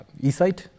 eSight